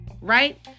right